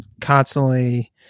constantly